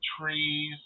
Trees